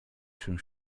się